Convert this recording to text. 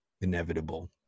inevitable